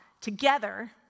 together